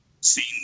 seen